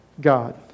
God